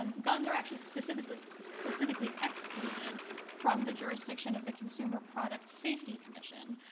um guns are actually specifically specifically excluded from the jurisdiction of the consumer product safety commission.